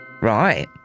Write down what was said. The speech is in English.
Right